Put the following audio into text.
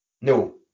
No